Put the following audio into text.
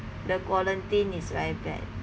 the quarantine is very bad